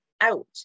out